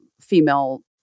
female